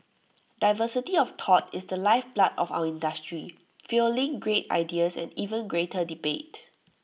diversity of thought is the lifeblood of our industry fuelling great ideas and even greater debate